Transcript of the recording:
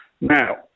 now